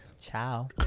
Ciao